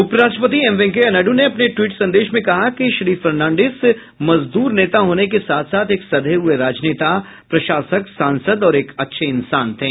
उप राष्ट्रपति एम वेंकैया नायडू ने अपने ट्वीट संदेश में कहा कि श्री फर्नांडिस मजदूर नेता होने के साथ साथ एक सधे हुए राजनेता प्रशासक सांसद और एक अच्छे इंसान थे